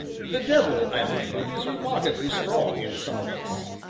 the devil, i repeat, is remarkably strong in some of us.